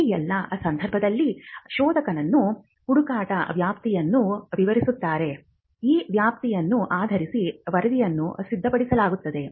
ಈ ಎಲ್ಲಾ ಸಂದರ್ಭಗಳಲ್ಲಿ ಸಂಶೋಧಕನು ಹುಡುಕಾಟದ ವ್ಯಾಪ್ತಿಯನ್ನು ವಿವರಿಸುತ್ತಾರೆ ಈ ವ್ಯಾಪ್ತಿಯನ್ನು ಆದರಿಸಿ ವರದಿಯನ್ನು ಸಿದ್ಧಪಡಿಸಲಾಗುತ್ತದೆ